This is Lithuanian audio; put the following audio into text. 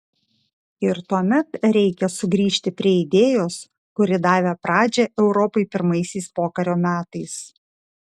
ir tuomet reikia sugrįžti prie idėjos kuri davė pradžią europai pirmaisiais pokario metais